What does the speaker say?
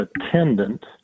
attendant